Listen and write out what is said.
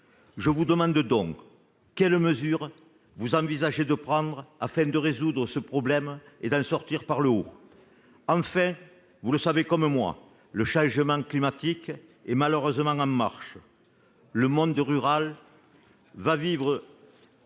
Je vous demande donc quelles mesures vous envisagez de prendre pour résoudre ce problème et permettre une sortie par le haut. Vous le savez comme moi, le changement climatique est malheureusement en marche, et le monde rural va